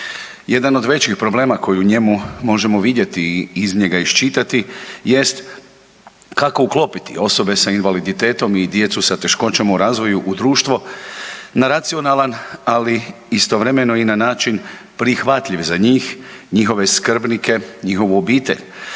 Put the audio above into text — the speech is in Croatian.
Jedan od većih problema koji u njemu možemo vidjeti i iz njega iščitati jest kako uklopiti osobe sa invaliditetom i djecu sa teškoćama u razvoju u društvo na racionalan, ali istovremeno i na način prihvatljiv za njih, njihove skrbnike, njihovu obitelj,